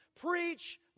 Preach